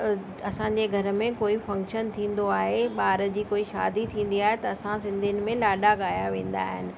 असांजे घर में कोई फंक्शन थींदो आहे ॿार जी कोई शादी थींदी आहे त असां सिंधियुनि में लाॾा ॻाया वेंदा आहिनि